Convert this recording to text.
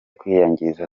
kwinginga